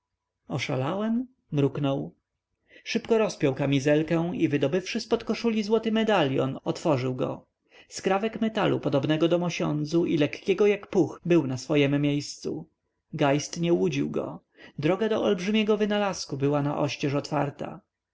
oszalałem mruknął szybko rozpiął kamizelkę i wydobywszy zpod koszuli złoty medalion otworzył go skrawek metalu podobnego do mosiądzu i lekkiego jak puch był na swojem miejscu geist nie łudził go droga do olbrzymiego wynalazku była naoścież otwarta